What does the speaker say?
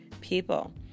people